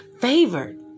favored